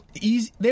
easy